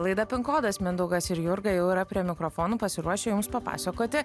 laida pin kodas mindaugas ir jurga jau yra prie mikrofonų pasiruošę jums papasakoti